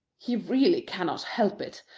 he really cannot help it.